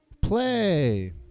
Play